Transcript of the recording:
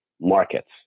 markets